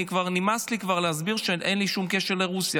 נמאס לי כבר להסביר שאין לי שום קשר לרוסיה,